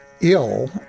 ill